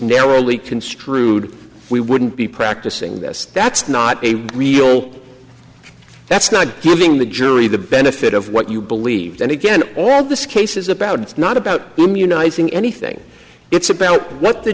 narrowly construed we wouldn't be practicing this that's not a real that's not giving the jury the benefit of what you believe and again all this case is about it's not about immunizing anything it's about what the